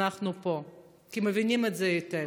אנחנו פה, כי מבינים את זה היטב.